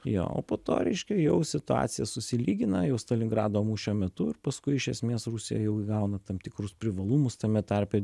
jo o po to reiškia jau situacija susilygina jau stalingrado mūšio metu ir paskui iš esmės rusija jau įgauna tam tikrus privalumus tame tarpe